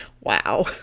Wow